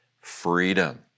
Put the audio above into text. freedom